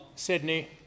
Sydney